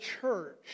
church